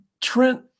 Trent